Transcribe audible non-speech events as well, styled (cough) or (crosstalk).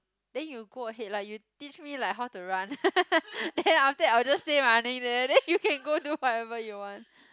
then you go ahead lah you teach me like how to run (laughs) then after that I will just stay running there then you can go do whatever you want